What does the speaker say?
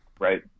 Right